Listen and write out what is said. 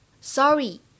sorry